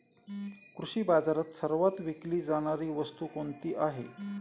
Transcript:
कृषी बाजारात सर्वात विकली जाणारी वस्तू कोणती आहे?